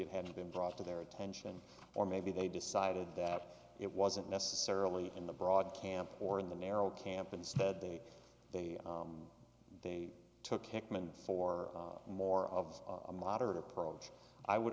it hadn't been brought to their attention or maybe they decided that it wasn't necessarily in the broad camp or in the narrow camp instead they they they took him in for more of a moderate approach i would